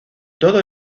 todo